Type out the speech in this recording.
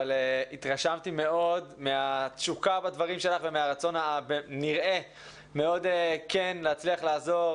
אבל התרשמתי מאוד מהתשוקה בדברים שלך ומהרצון הכן להצליח לעזור.